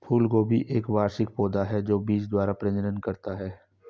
फूलगोभी एक वार्षिक पौधा है जो बीज द्वारा प्रजनन करता है